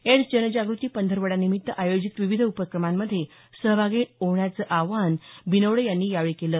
AIDS जनजागृती पंधरवड्यानिमित्त आयोजित विविध उपक्रमांमध्ये सहभागी होण्याचं आवाहन बिनवडे यांनी यावेळी केलं